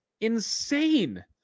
insane